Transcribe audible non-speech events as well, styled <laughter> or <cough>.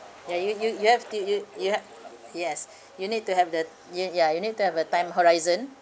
ya you you you have to you you had yes <breath> you need to have the yeah ya you need to have a time horizon